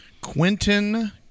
Quentin